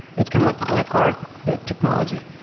it's kind of like black art that technology,